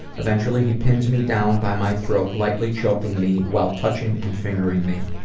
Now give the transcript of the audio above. eventually he pins me down by my throat, lightly choking me, while touching and fingering me.